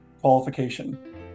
qualification